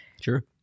Sure